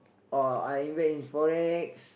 or I invest in Forex